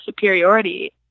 superiority